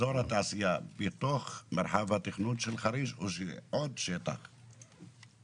אזור התעשייה בתוך מרחב התכנון של חריש או שזה שטח נוסף?